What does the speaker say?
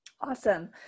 Awesome